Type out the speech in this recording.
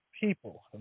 people